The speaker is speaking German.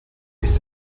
ist